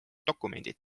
dokumendid